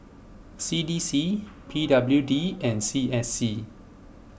C D C P W D and C S C